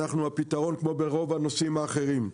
אנחנו הפתרון; כמו ברוב הנושאים האחרים.